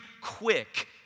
quick